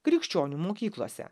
krikščionių mokyklose